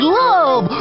love